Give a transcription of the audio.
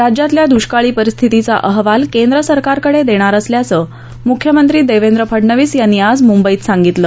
राज्यातल्या दुष्काळी परिस्थितीचा अहवाल केंद्रसरकारकडे देणार असल्याचं मुख्यमंत्री देवेंद्र फडणवीस यांनी आज मुंबईत सांगितलं